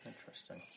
interesting